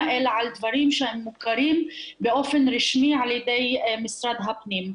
אלא על דברים שהם מוכרים באופן רשמי על ידי משרד הפנים.